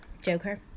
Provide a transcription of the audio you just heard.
Joker